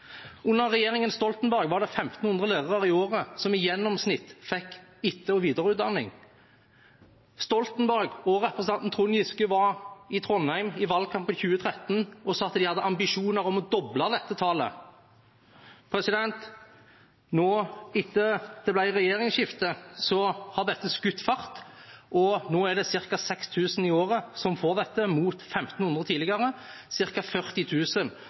Under regjeringen Stoltenberg var det 1 500 lærere i året som i gjennomsnitt fikk etter- og videreutdanning. Stoltenberg og representanten Trond Giske var i Trondheim i valgkampen 2013 og sa at de hadde ambisjoner om å doble dette tallet. Nå, etter at det ble regjeringsskifte, har dette skutt fart. Nå er det ca. 6 000 i året som får dette, mot 1 500 tidligere.